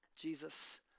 Jesus